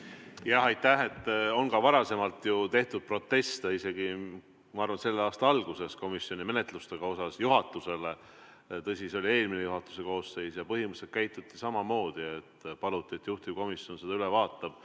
Aitäh! Ka varasemalt on ju tehtud proteste, isegi ma arvan, et selle aasta alguses komisjoni menetluse kohta juhatusele. Tõsi, siis oli eelmine juhatuse koosseis, aga põhimõtteliselt käituti samamoodi – paluti, et juhtivkomisjon selle üle vaatab.